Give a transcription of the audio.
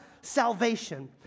salvation